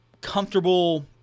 comfortable